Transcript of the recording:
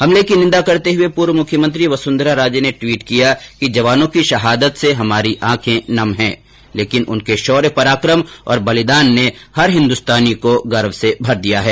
हमले की निंदा करते हुए पूर्व मुख्यमंत्री वसुंधरा राजे ने ट्वीट किया कि जवानों की शहादत से हमारी आंखे नम हैं लेकिन उनके शौर्य पराकम तथा बलिदान ने हर हिंदुस्तानी को गर्व से भर दिया है